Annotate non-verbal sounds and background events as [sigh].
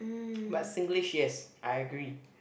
[noise] but Singlish yes I agree